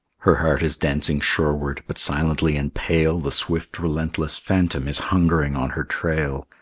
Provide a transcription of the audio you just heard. her heart is dancing shoreward, but silently and pale the swift relentless phantom is hungering on her trail.